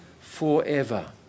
forever